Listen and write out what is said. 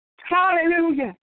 Hallelujah